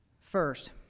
First